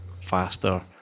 faster